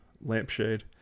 lampshade